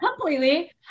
completely